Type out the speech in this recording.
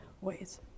ways